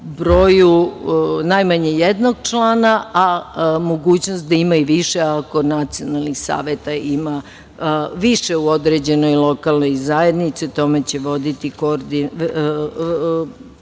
broju najmanje jednog člana, a mogućnost da imaju više ako nacionalnih saveta ima više u određenoj lokalnoj zajednici o tome će voditi računa koordinaciono